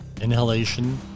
inhalation